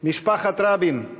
משפחת רבין,